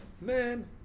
Man